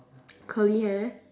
curly hair